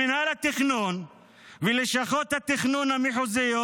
במינהל התכנון ובלשכות התכנון המחוזיות